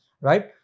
Right